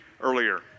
earlier